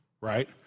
right